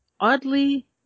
Oddly